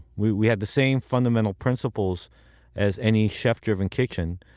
we we had the same fundamental principles as any chef-driven kitchen.